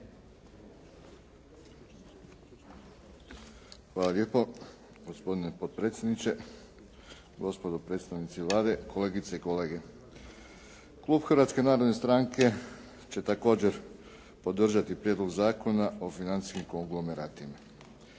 Hvala lijepo, gospodine potpredsjedniče. Gospodo predstavnici Vlade, kolegice i kolege. Klub Hrvatske narodne stranke će također podržati Prijedlog zakona o financijskim konglomeratima.